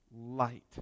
light